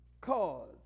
Cause